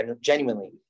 genuinely